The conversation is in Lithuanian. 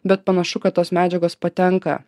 bet panašu kad tos medžiagos patenka